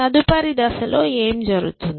తదుపరి దశలో ఏమి జరుగుతుంది